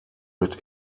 mit